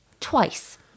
Twice